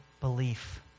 belief